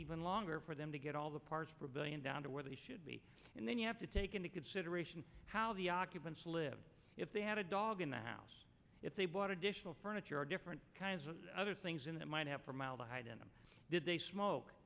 even longer for them to get all the parts per billion down to where they should be and then you have to take into consideration how the occupants lived if they had a dog in the house if they bought additional furniture or different kinds of other things in that might have formaldehyde in them did they smoke